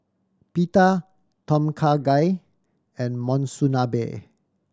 Pita Tom Kha Gai and Monsunabe